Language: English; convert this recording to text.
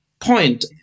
point